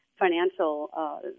Financial